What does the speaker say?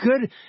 good